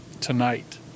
tonight